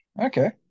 Okay